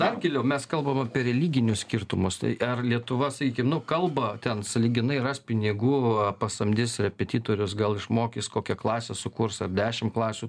dar giliau mes kalbam apie religinius skirtumus tai ar lietuva sakykim nu kalbą ten sąlyginai ras pinigų pasamdys repetitorius gal išmokys kokią klasę sukurs ar dešim klasių